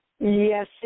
Yes